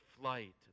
flight